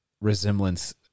resemblance